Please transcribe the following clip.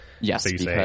yes